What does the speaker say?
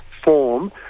form